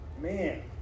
Man